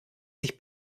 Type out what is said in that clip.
sich